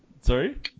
Sorry